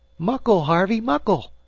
muckle, harvey, muckle!